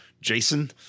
Jason